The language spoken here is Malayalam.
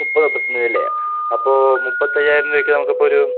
അപ്പോൾ മുപ്പത്തയ്യായിരം രൂപയ്ക്ക് നമ്മൾക്കിപ്പൊരു